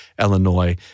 Illinois